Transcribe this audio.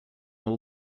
all